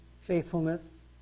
faithfulness